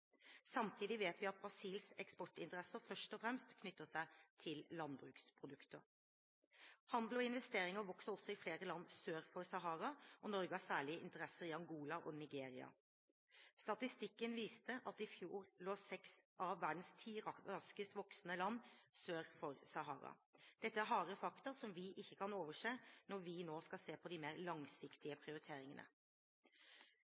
Samtidig vet vi at Brasils eksportinteresser først og fremst knytter seg til landbruksprodukter. Handel og investeringer vokser også i flere land sør for Sahara, og Norge har særlig interesser i Angola og Nigeria. Statistikken viste at i fjor lå seks av verdens ti raskest voksende land sør for Sahara. Dette er harde fakta som vi ikke kan overse når vi nå skal se på de mer langsiktige